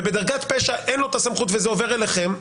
ובדרגת פשע אין לו את הסמכות וזה עובר אליכם,